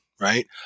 right